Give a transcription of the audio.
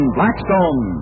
Blackstone